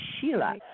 Sheila